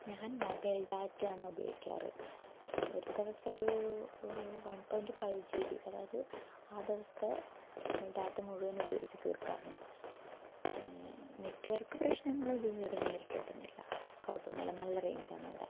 ഞാൻ മൊബൈൽ ഡാറ്റയാണ് ഉപയോഗിക്കാറ് ഒരുദിവസം ഒരു one point five G B അതായത് ആ ദിവസത്തെ ഡാറ്റ മുഴുവനും ഉപയോഗിച്ച് തീർക്കാറുണ്ട് നെറ്റ്വർക്ക് പ്രശ്നങ്ങളൊ ഇതൊന്നും ഇതുവരെ നേരിട്ടിട്ടൊന്നുമില്ല കുഴപ്പമൊന്നുമില്ല നല്ല റേഞ്ച് ആണിവിടെ